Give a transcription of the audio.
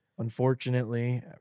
Unfortunately